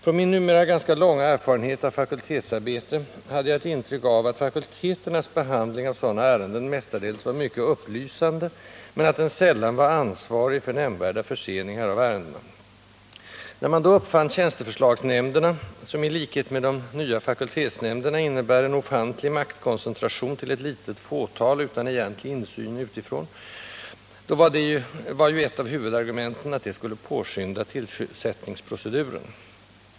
Från min numera ganska långa erfarenhet av fakultetsarbete hade jag ett intryck av att fakulteternas behandling av sådana ärenden mestadels var mycket upplysande men att den sällan var ansvarig för nämnvärda förseningar av ärendena. När man då uppfann tjänsteförslagsnämnderna — som i likhet med de nya fakultetsnämnderna innebär en ofantlig maktkoncentration till ett litet fåtal utan egentlig insyn utifrån — var ju ett av huvudargumenten att detta skulle påskynda tillsättningsproceduren.